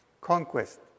Conquest